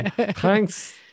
thanks